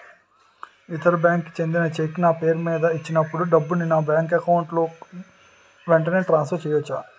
ఇతర బ్యాంక్ కి చెందిన చెక్ నా పేరుమీద ఇచ్చినప్పుడు డబ్బుని నా బ్యాంక్ అకౌంట్ లోక్ వెంటనే ట్రాన్సఫర్ చేసుకోవచ్చా?